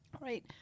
Right